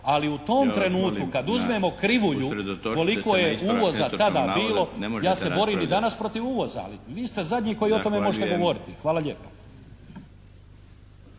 ne možete raspravljati./ … koliko je uvoza tada bilo ja se borim i danas protiv uvoza. Ali vi ste zadnji koji o tome možete govoriti. **Milinović,